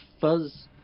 fuzz